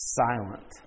silent